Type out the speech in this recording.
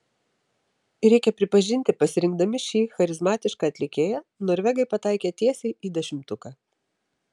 ir reikia pripažinti pasirinkdami šį charizmatišką atlikėją norvegai pataikė tiesiai į dešimtuką